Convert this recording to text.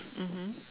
mmhmm